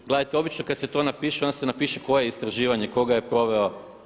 Gledajte obično kad se to napiše onda se napiše koje istraživanje, tko ga je proveo.